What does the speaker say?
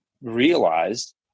realized